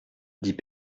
dit